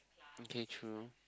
okay true